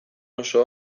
oso